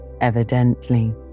evidently